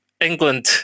England